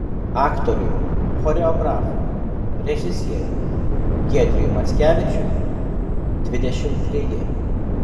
aktoriui choreografui režisieriui giedriui mackevičiui dvidešimt treji